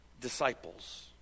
Disciples